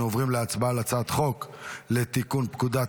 אנו עוברים להצבעה על הצעת החוק לתיקון פקודת